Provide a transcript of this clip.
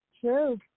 True